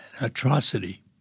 atrocity